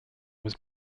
was